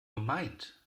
gemeint